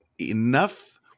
enough